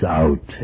out